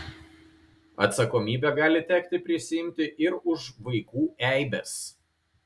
atsakomybę gali tekti prisiimti ir už vaikų eibes